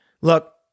Look